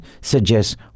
suggests